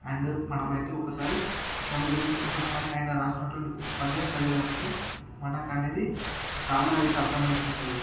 and మనమైతే ఒకసారి దాని గురించి ఒకసారి ఆయన వ్రాసినటువంటి ఒక పద్యం చదివినాంమనుకో మనకనేది చాలా అయితే అర్థమవుతుంటుంది